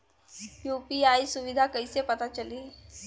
UPI सुबिधा कइसे पता चली?